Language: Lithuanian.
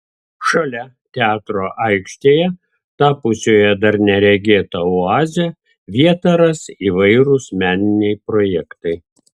šalia teatro aikštėje tapusioje dar neregėta oaze vietą ras įvairūs meniniai projektai